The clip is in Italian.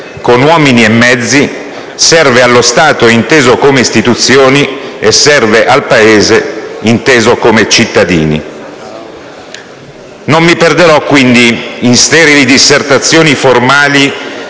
con uomini e mezzi, serve allo Stato inteso come istituzioni e serve al Paese inteso come cittadini. Non mi perderò, quindi, in sterili dissertazioni formali